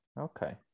Okay